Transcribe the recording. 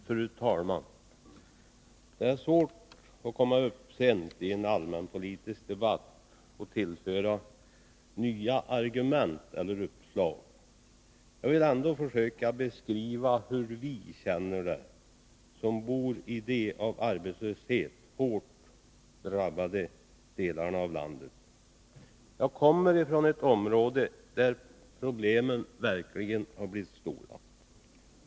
Fru talman! Det är svårt att komma upp sent i en allmänpolitisk debatt och tillföra nya argument eller uppslag. Jag vill ändå försöka beskriva hur vi känner det som bor i de av arbetslöshet hårdast drabbade delarna av landet. Jag kommer från ett område där problemen verkligen har blivit stora.